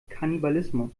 kannibalismus